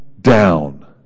down